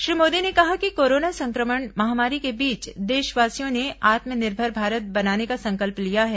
श्री मोदी ने कहा कि कोरोना संक्रमण महामारी के बीच देशवासियों ने आत्मनिर्भर भारत बनाने का संकल्प लिया है